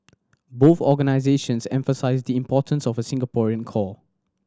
both organisations emphasise the importance of a Singaporean core